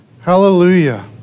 Hallelujah